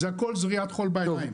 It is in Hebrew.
זה הכול זריית חול בעיניים.